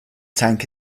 tank